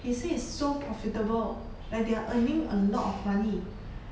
he say is so profitable like they're earning a lot of money